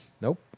Nope